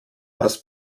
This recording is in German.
was